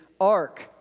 ark